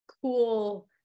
cool